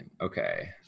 Okay